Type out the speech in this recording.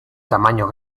tamaño